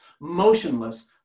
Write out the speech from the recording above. motionless